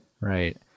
Right